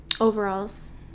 overalls